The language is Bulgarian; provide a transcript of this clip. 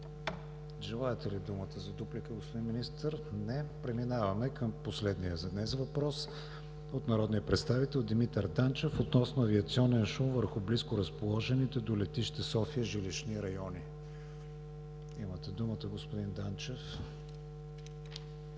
Желаете ли думата за дуплика, господин Министър? Не. Преминаваме към последния за днес въпрос от народния представител Димитър Данчев относно авиационния шум върху близко разположените до летище София жилищни райони. Имате думата, господи Данчев.